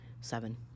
Seven